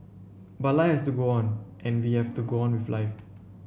but life has to go on and we have to go on with life